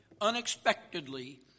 unexpectedly